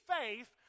faith